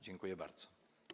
Dziękuję bardzo.